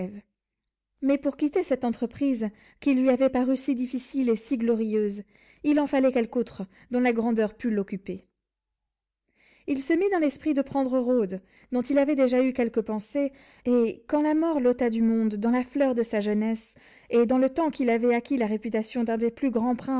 mais pour quitter cette entreprise qui lui avait paru si difficile et si glorieuse il en fallait quelque autre dont la grandeur pût l'occuper il se mit dans l'esprit de prendre rhodes dont il avait déjà eu quelque pensée et quand la mort l'ôta du monde dans la fleur de sa jeunesse et dans le temps qu'il avait acquis la réputation d'un des plus grands